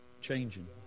changing